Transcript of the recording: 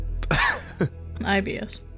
IBS